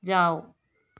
जाओ